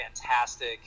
fantastic